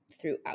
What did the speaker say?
throughout